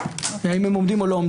האם הם עומדים או לא,